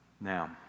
Now